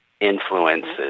influences